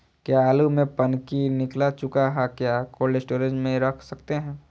क्या आलु में पनकी निकला चुका हा क्या कोल्ड स्टोरेज में रख सकते हैं?